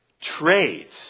trades